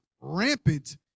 rampant